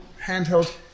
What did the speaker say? handheld